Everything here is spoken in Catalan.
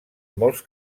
molts